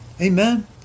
Amen